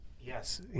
yes